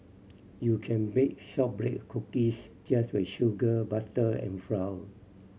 you can bake shortbread cookies just with sugar butter and flour